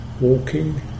Walking